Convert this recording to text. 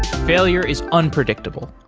failure is unpredictable.